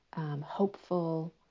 hopeful